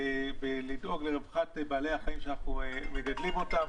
ולדאוג לרווחת בעלי החיים שאנחנו מגדלים אותם,